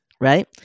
right